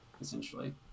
essentially